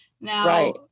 now